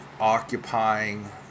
...occupying